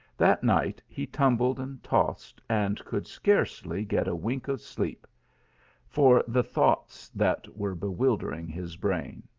that night he tumbled and tossed, and could scarcely get a wink of sleep for the thoughts that were bewildering his brain.